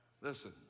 Listen